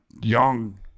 young